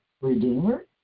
Redeemer